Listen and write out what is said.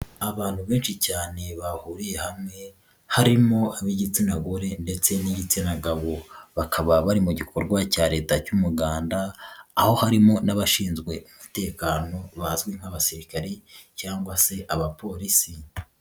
Abantu benshi cyane bahuriye hamwe harimo ab'igitsina gore ndetse n'igitsina gabo, bakaba bari mu gikorwa cya Leta cy'umuganda, aho harimo n'abashinzwe umutekano bazwi nk'abasirikari cyangwa se abapolisi.